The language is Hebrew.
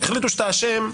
יחליטו שאתה אשם,